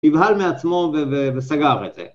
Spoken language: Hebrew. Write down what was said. נבהל מעצמו וסגר את זה.